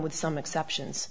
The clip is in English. with some exceptions